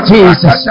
Jesus